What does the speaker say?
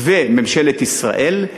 וממשלת ישראל,